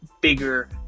bigger